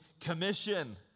commission